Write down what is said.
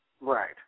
Right